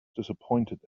disappointed